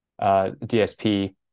DSP